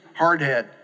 hardhead